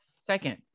second